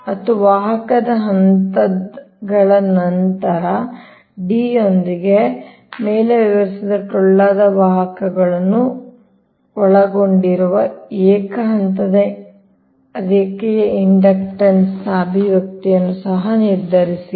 ಮತ್ತು ವಾಹಕದ ಹಂತಗಳ ಅಂತರ D ಯೊಂದಿಗೆ ಮೇಲೆ ವಿವರಿಸಿದ ಟೊಳ್ಳಾದ ವಾಹಕಗಳನ್ನು ಒಳಗೊಂಡಿರುವ ಏಕ ಹಂತದ ರೇಖೆಯ ಇಂಡಕ್ಟನ್ಸ್ನ ಅಭಿವ್ಯಕ್ತಿಯನ್ನು ಸಹ ನಿರ್ಧರಿಸಿ